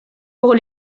pour